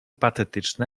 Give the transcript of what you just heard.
patetyczne